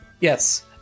yes